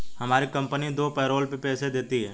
हमारी कंपनी दो पैरोल में पैसे देती है